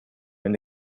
and